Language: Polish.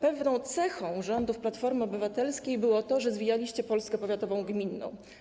Pewną cechą rządów Platformy Obywatelskiej było to, że zwijaliście Polskę powiatowo-gminną.